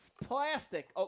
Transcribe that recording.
plastic